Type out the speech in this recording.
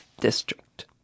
District